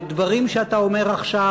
ודברים שאתה אומר עכשיו,